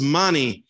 money